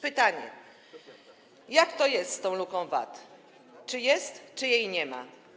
Pytanie: Jak to jest z tą luką VAT-owską, jest czy jej nie ma?